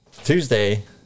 Tuesday